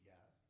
Yes